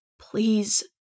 Please